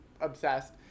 obsessed